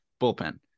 bullpen